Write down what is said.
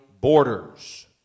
borders